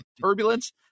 Turbulence